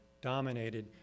dominated